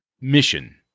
mission